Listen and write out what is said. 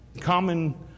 common